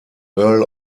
earl